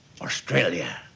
Australia